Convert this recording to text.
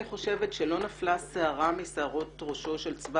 אני חושבת שלא נפלה שערה משערות ראשו של צבא